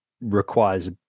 requires